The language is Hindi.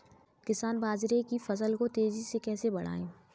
किसान बाजरे की फसल को तेजी से कैसे बढ़ाएँ?